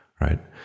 right